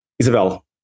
Isabel